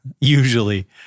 usually